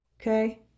okay